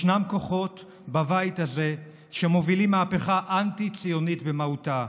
ישנם כוחות בבית הזה שמובילים מהפכה אנטי-ציונית במהותה,